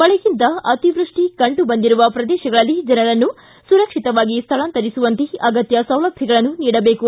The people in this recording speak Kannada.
ಮಳೆಯಿಂದ ಅತಿವೃಷ್ಟಿ ಕಂಡು ಬಂದಿರುವ ಪ್ರದೇಶಗಳಲ್ಲಿ ಜನರನ್ನು ಸುರಕ್ಷಿತವಾಗಿ ಸ್ಥಳಾಂತರಿಸುವಂತೆ ಅಗತ್ಯ ಸೌಲಭ್ಯಗಳನ್ನು ನೀಡಬೇಕು